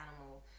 animal